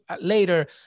later